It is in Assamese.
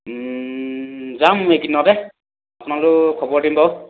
যাম এইদিনতে আপোনালোক খবৰ দিম বাৰু